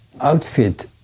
outfit